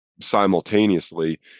simultaneously